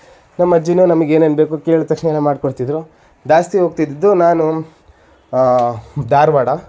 ನಮ್ಮ ಅಜ್ಜಿಯೂ ನಮಗೇನೇನು ಬೇಕು ಕೇಳಿದ ತಕ್ಷಣವೇ ಮಾಡ್ಕೊಡ್ತಿದ್ರು ಜಾಸ್ತಿ ಹೋಗ್ತಿದ್ದಿದ್ದು ನಾನು ಧಾರವಾಡ